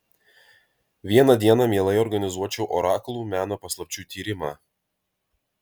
vieną dieną mielai organizuočiau orakulų meno paslapčių tyrimą